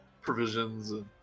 provisions